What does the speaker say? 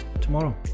tomorrow